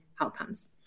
outcomes